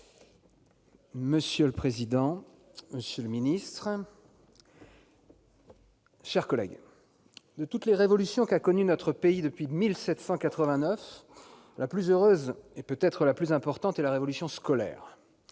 Monsieur le président, monsieur le secrétaire d'État, mes chers collègues, de toutes les révolutions qu'a connues notre pays depuis 1789, la plus heureuse et peut-être la plus importante est la « révolution scolaire